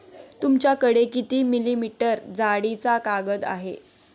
तुमच्याकडे किती मिलीमीटर जाडीचा कागद आहे?